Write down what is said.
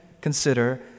Consider